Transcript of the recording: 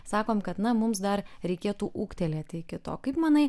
sakom kad na mums dar reikėtų ūgtelėti iki to kaip manai